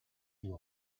you